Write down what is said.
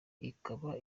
ikaba